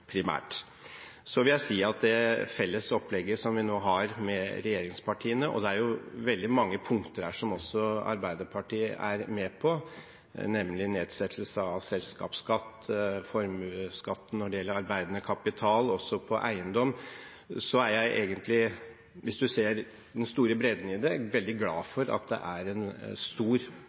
primært. Når det gjelder det felles opplegget som vi nå har med regjeringspartiene, er det veldig mange punkter her som også Arbeiderpartiet er med på, nemlig nedsettelse av selskapsskatt, formuesskatten når det gjelder arbeidende kapital, og på eiendom. Jeg er egentlig glad for, hvis man ser den store bredden i det, at det er en stor